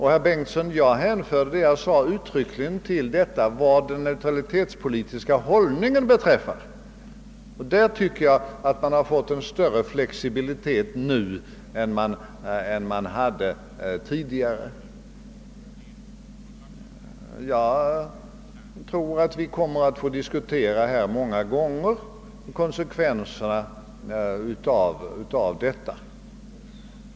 Herr Bengtsson, jag hänförde det jag sade uttryckligen till den neutralitetspolitiska hållningen. I fråga om denna tycker jag att man fått en större flexibilitet nu än man hade tidigare. Jag tror att vi kommer att få diskutera konsekvenserna av detta många gånger.